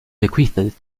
bequeathed